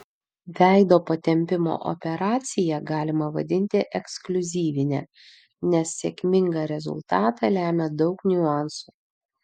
veido patempimo operaciją galima vadinti ekskliuzyvine nes sėkmingą rezultatą lemia daug niuansų